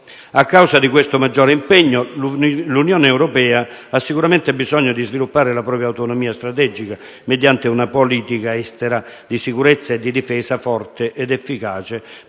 A causa di questo maggiore impegno, l'Unione europea ha sicuramente bisogno di sviluppare la propria autonomia strategica mediante una politica estera di sicurezza e di difesa forte ed efficace